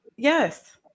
Yes